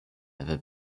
ever